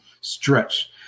stretch